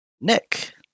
Nick